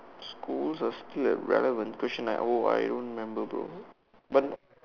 schools are still as relevant question nine oh I don't remember bro but